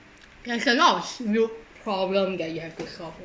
there's a lot of real problem that you have to solve